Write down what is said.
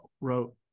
wrote